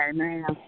Amen